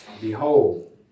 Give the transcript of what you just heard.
Behold